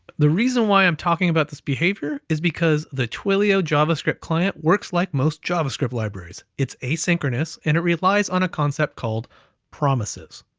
the reason why i'm talking about this behavior is, because the twilio javascript client works like most javascript libraries. it's asynchronous, and it relies on a concept called promises.